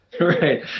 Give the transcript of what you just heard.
Right